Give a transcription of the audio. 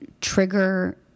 trigger